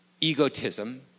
egotism